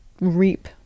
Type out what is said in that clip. reap